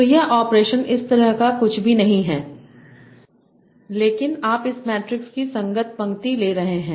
तो यह ऑपरेशन इस तरह का कुछ भी नहीं है लेकिन आप इस मैट्रिक्स की संगत पंक्ति ले रहे हैं